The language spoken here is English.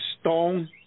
stone